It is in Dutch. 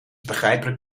begrijpelijk